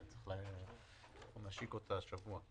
אנחנו נשיק אותה השבוע.